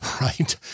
right